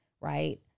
Right